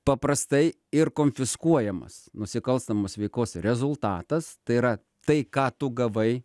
paprastai ir konfiskuojamas nusikalstamos veikos rezultatas tai yra tai ką tu gavai